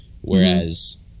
Whereas